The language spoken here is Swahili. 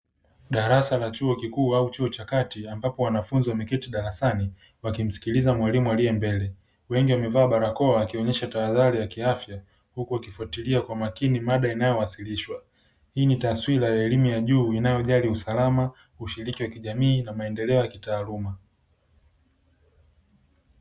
Darasa la chuo kikuu au chuo cha kati ambapo wanafunzi wameketi darasani wakimsikiliza mwalimu aliye mbele. Wengi wamevaa barakoa wakionyesha tahadhari ya kiafya huku wakifuatilia kwa makini mada inayowakilishwa. Hii ni taswira ya elimu ya juu inayojali usalama, ushiriki wa kijamii na maendeleo ya kitaaluma.